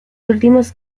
últimos